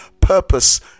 purpose